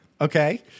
Okay